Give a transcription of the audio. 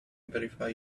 verify